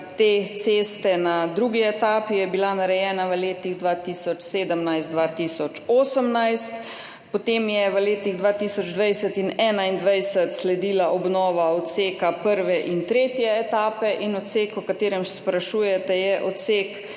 te ceste na drugi etapi je bila narejena v letih 2017, 2018, potem je v letih 2020 in 2021 sledila obnova odseka prve in tretje etape, odsek, o katerem sprašujete, je zadnji